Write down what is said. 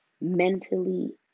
Mentally